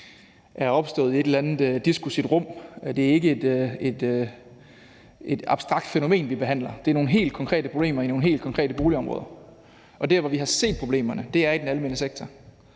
er opstået i et eller andet diskursivt rum. Det er ikke et abstrakt fænomen, vi behandler. Det er nogle helt konkrete problemer i nogle helt konkrete boligområder, og der, hvor vi har set problemerne, er i den almene sektor.